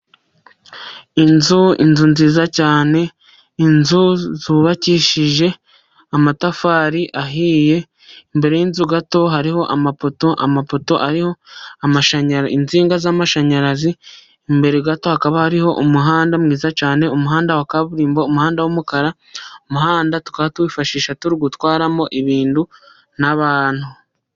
Inzu, inzu nziza cyane, inzu zubakishije amatafari ahiye, imbere y'inzu gato hariho amapoto, amapoto ariho amashanyarazi, insinga z'amashanyarazi, imbere gato hakaba hariho umuhanda mwiza cyane, umuhanda wa kaburimbo, umuhanda w'umukara, umuhanda tukaba tuwifashisha turi gutwaramo ibintu n'abantu.